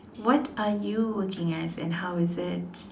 what are you working as and how is it